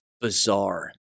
bizarre